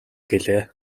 гэлээ